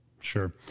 Sure